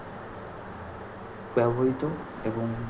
ব্যবহৃত এবং